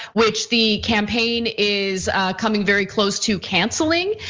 which the campaign is coming very close to canceling,